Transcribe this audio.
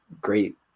great